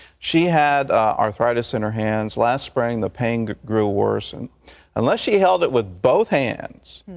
she had arthritis in her hands. last spring, the pain grew worse and unless she held it with both hands,